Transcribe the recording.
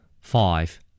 five